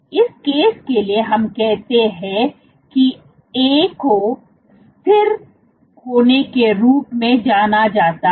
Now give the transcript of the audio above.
इस केस के लिए हम कहते हैं कि A को स्थिर होने के रूप में जाना जाता है